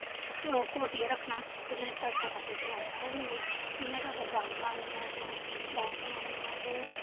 ओह् घोट्टियै रखना फिर तड़का पाइये ते राजमांह् बनी दे इ'यां गै अगर दाल बनानी होऐ असें दाल बनानी होऐ ते